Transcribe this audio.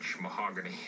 mahogany